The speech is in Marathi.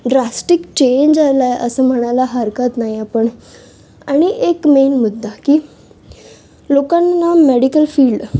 ड्रास्टिक चेंज आला आहे असं म्हणायला हरकत नाही आपण आणि एक मेन मुद्दा की लोकांना मेडिकल फील्ड